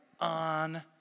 on